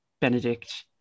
Benedict